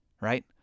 right